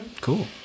Cool